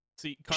See